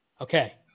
Okay